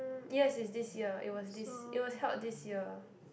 um yes it's this year it was this it was held this year